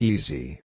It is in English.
Easy